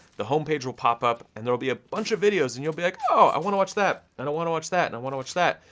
the homepage will pop up, and there will be a bunch of videos and you'll be like, oh, i wanna watch that, and i wanna watch that, and i wanna watch that,